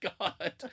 god